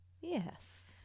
Yes